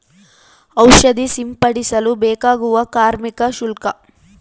ಔಷಧಿ ಸಿಂಪಡಿಸಲು ಬೇಕಾಗುವ ಕಾರ್ಮಿಕ ಶುಲ್ಕ?